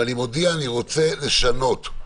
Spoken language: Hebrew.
ואני מודיע: אני רוצה לשנות.